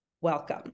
welcome